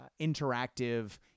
interactive